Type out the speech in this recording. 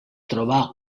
trobà